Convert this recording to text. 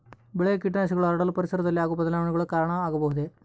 ಬೆಳೆಗೆ ಕೇಟನಾಶಕಗಳು ಹರಡಲು ಪರಿಸರದಲ್ಲಿ ಆಗುವ ಬದಲಾವಣೆಗಳು ಕಾರಣ ಆಗಬಹುದೇ?